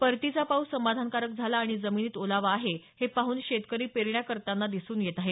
परतीचा पाऊस समाधानकारक झाला आणि जमिनीत ओलावा आहे हे पाहून शेतकरी पेरण्या करतांना दिसून येत आहेत